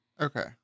Okay